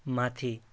माथि